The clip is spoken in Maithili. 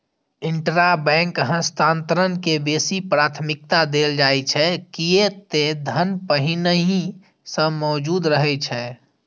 इंटराबैंक हस्तांतरण के बेसी प्राथमिकता देल जाइ छै, कियै ते धन पहिनहि सं मौजूद रहै छै